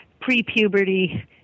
pre-puberty